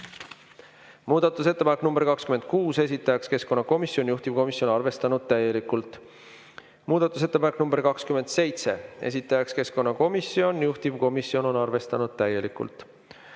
Muudatusettepanek nr 4, esitanud keskkonnakomisjon ja komisjon on arvestanud täielikult. Muudatusettepanek nr 5, esitajaks keskkonnakomisjon, juhtivkomisjon on arvestanud täielikult.